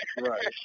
Right